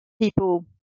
people